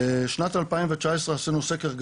בשנת 2019 עשינו סקר גדול,